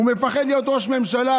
הוא מפחד להיות ראש ממשלה,